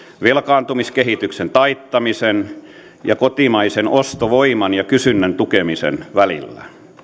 velkaantumiskehityksen taittamisen ja kotimaisen ostovoiman ja kysynnän tukemisen välillä